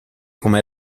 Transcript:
come